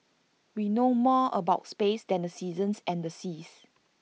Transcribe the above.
we know more about space than the seasons and the seas